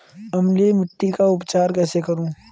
अम्लीय मिट्टी का उपचार कैसे करूँ?